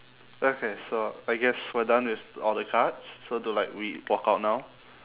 okay so I guess we're done with all the cards so do like we walk out now